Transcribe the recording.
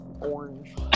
Orange